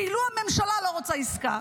כאילו הממשלה לא רוצה עסקה.